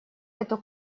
эту